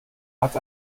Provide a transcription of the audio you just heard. hat